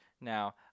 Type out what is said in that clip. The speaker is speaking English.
Now